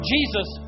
Jesus